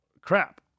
crap